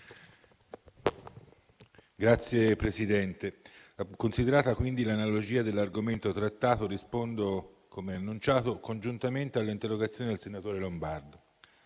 Signor Presidente, considerata l'analogia dell'argomento trattato rispondo, come annunciato, congiuntamente alle interrogazioni del senatore Lombardo.